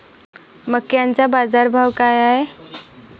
मक्याचा बाजारभाव काय हाय?